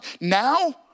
now